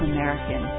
American